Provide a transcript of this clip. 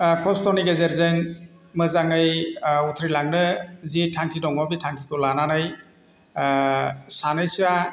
खस्थ'नि गेजेरजों मोजाङै उथ्रिलांनो जि थांखि दङ बे थांखिखौ लानानै सानैसोआ